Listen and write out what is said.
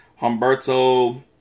Humberto